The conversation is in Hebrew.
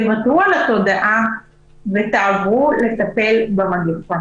תוותרו על התודעה ותעברו לטפל במגפה.